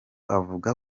avuga